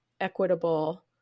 equitable